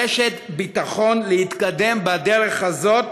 גם רשת ביטחון להתקדם בדרך הזאת,